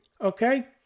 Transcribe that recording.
Okay